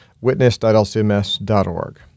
witness.lcms.org